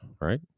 right